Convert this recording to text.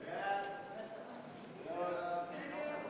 חוק לתיקון פקודת מס הכנסה (מס' 198),